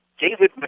David